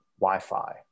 wi-fi